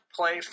play